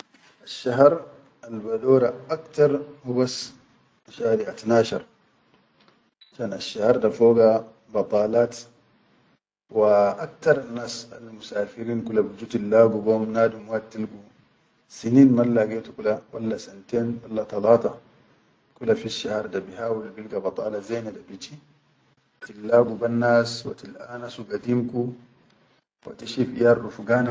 Asshahar al-badora aktar batas hubas Shari atnashar Shan asshahar da foga badalaat, wa aktarannss at musafirin kula biju tillagum behum, nadum wahit tilgu sinin mallagetu kula wall talata, kula Fisshahar da bi hawil bilga batala zene da biji tillagu bennas wa til-anasu gadimku wa tishifiyal.